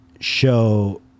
show